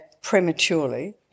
prematurely